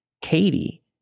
Katie